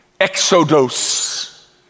Exodus